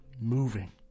moving